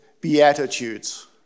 beatitudes